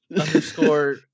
underscore